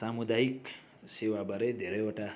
सामुदायिक सेवाबारे धेरैवटा